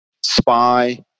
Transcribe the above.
spy